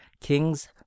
kings